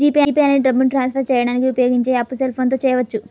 G Pay అనేది డబ్బుని transfer చేయడానికి ఉపయోగించే యాప్పు సెల్ ఫోన్ తో చేయవచ్చు